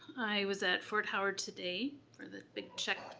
i was at fort howard today for the big check,